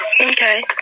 Okay